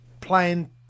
playing